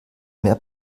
mehr